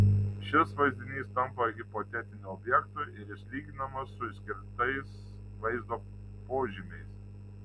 šis vaizdinys tampa hipotetiniu objektu ir jis lyginamas su išskirtais vaizdo požymiais